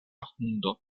hundo